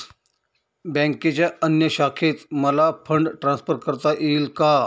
बँकेच्या अन्य शाखेत मला फंड ट्रान्सफर करता येईल का?